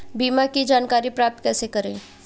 बीमा की जानकारी प्राप्त कैसे करें?